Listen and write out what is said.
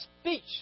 speech